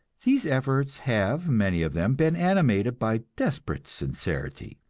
these efforts have many of them been animated by desperate sincerity,